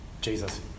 Jesus